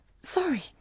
Sorry